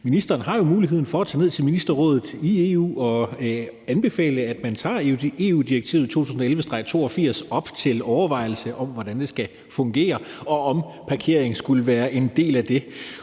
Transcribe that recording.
ministeren jo har muligheden for at tage ned til Ministerrådet i EU og anbefale, at man tager EU-direktivet 2011/82 op til overvejelse, i forhold til hvordan det skal fungere, og om parkering skulle være en del af det.